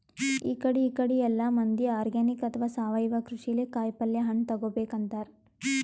ಇಕಡಿ ಇಕಡಿ ಎಲ್ಲಾ ಮಂದಿ ಆರ್ಗಾನಿಕ್ ಅಥವಾ ಸಾವಯವ ಕೃಷಿಲೇ ಕಾಯಿಪಲ್ಯ ಹಣ್ಣ್ ತಗೋಬೇಕ್ ಅಂತಾರ್